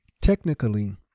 technically